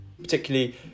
particularly